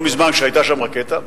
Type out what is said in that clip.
לא מזמן כשהיתה שם רקטה: